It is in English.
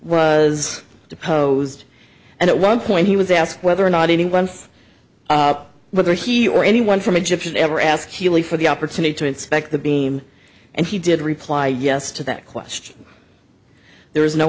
was deposed and at one point he was asked whether or not anyone whether he or anyone from egyptian ever asked healy for the opportunity to inspect the beam and he did reply yes to that question there is no